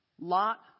Lot